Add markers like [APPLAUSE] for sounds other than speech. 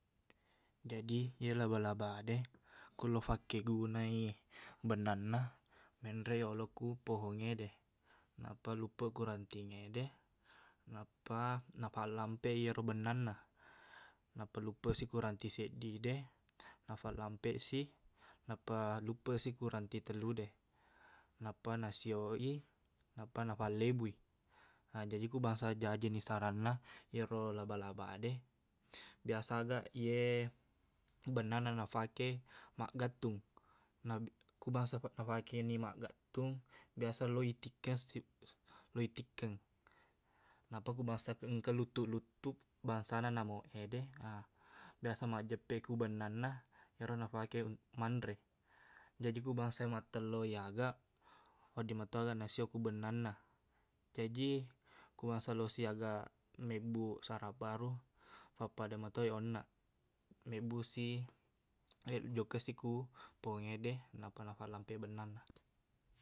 Jadi iye laba-laba de, ku lo fakke gunai bennanna, menreq yoloq ku pohongngede, nappa luppeq ku rantingngede, nappa napallampeq iyero bennanna, nappa luppeqsi ku ranting seddide nafallampeqsi, nappa luppeqsi ku ranting tellude, nappa nasiyoq i, nappa nafallebui. Nah, jaji ku bangsa jajini saranna, iyero laba-laba de, biasa aga iye bennanna nafake maggattung. Na- ku bangsa nafakeni maggattung, biasa laowi tikkeng [HESITATION] laowi tikkeng, nappa ku bangsa engka luttuq-luttuq, bangsana namuk ede ha biasa maqjeppeq ku bennanna, ero nafake manre. Jaji ku bangsai mattelloq i aga, wedding meto aga nasiyoq ku bennanna. Jaji, ku bangsa losi aga mebbuq sarang baru, fappada matoi onnaq. Mebbuqsi- jokkasi ku pohongngede, nappa nafallampeq bennanna.